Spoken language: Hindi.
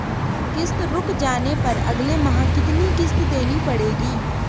किश्त रुक जाने पर अगले माह कितनी किश्त देनी पड़ेगी?